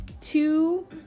two